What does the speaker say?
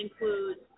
includes